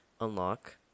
unlock